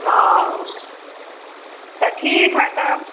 हँ तऽ ठीक हइ तब